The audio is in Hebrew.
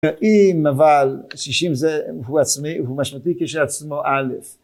אם אבל שישים זה הוא עצמי הוא משמעותי כשעצמו א'